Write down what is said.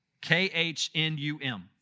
K-H-N-U-M